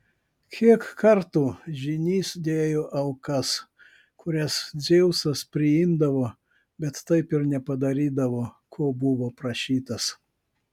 kiek kartų žynys dėjo aukas kurias dzeusas priimdavo bet taip ir nepadarydavo ko buvo prašytas